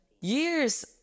years